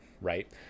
right